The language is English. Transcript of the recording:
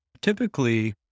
Typically